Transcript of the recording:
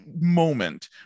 moment